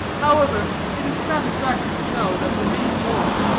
however, it is satisfaction to know that the main moral,